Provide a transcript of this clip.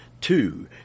Two